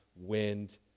wind